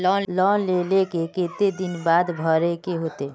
Loan लेल के केते दिन बाद भरे के होते?